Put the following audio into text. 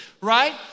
right